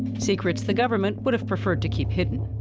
secrets the government would have preferred to keep hidden.